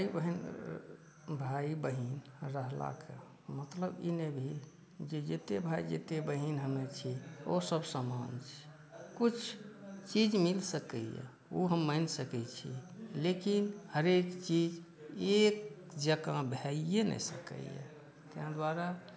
भाय बहिन रहलाक मतलब ई नहि भेल जे जतेक भाय जतेक बहिन हम्मे छी ओ सभ समान छी किछु चीज मिल सकैया ओ हम मानि सकैत छी लेकिन हरेक चीज एक जेकाॅं भइय्ये नहि सकैया ताहि दुआरे